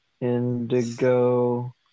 indigo